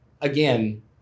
again